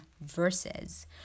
verses